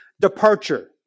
departure